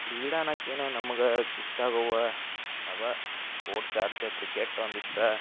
ಕ್ರೀಡೆ ಅನ್ನಕ್ಕೆ ಏನು ನಮಗೆ ಇಷ್ಟ ಆಗೋವು ಅವೇ ಸ್ಪೋರ್ಟ್ಸ್ ಆಡ್ತೇವೆ ಕ್ರಿಕೆಟ್ ಒಂದಿಷ್ಟು